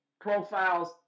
profiles